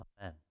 Amen